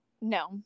No